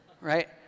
right